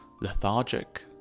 lethargic